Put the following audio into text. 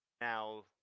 Now